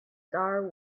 star